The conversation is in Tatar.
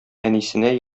әнисенә